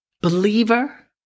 believer